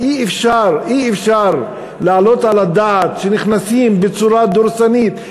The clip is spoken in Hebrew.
אי-אפשר להעלות על הדעת שנכנסים בצורה דורסנית.